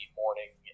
morning